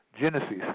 Genesis